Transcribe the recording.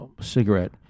cigarette